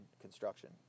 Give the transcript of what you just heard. construction